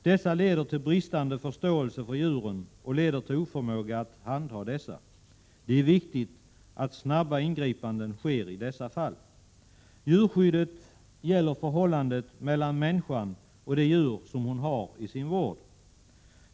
Dessa leder till bristande förståelse för djuren och leder till oförmåga att handha dessa. Det är viktigt att snabba ingripanden sker i dessa fall. Djurskyddet gäller förhållandet mellan människan och de djur som hon har i sin vård.